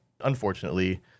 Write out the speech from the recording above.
unfortunately